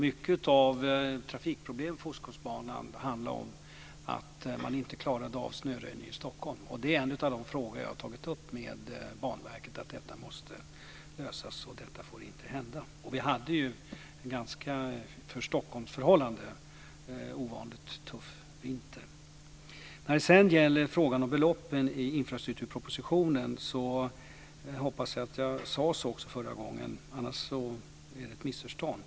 Mycket av trafikproblemen på ostkustbanan handlar om att man inte klarade snöröjningen i Stockholm. En av de frågor som jag har tagit upp med Banverket är att detta måste lösas. Det får inte hända igen. Vi har haft en efter Stockholmsförhållanden ovanligt tuff vinter. När det sedan gäller beloppen i infrastrukturpropositionen hoppas jag att jag att jag uttryckte mig rätt förra gången. Annars är det fråga om ett missförstånd.